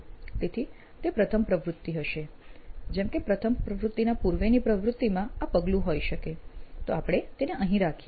તેથી તે પ્રથમ પ્રવૃત્તિ હશે જેમ કે પ્રથમ પ્રવૃત્તિના પૂર્વે ની પ્રવૃત્તિમાં આ પગલું હોય શકે તો આપણે તેને અહીં રાખીએ